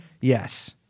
Yes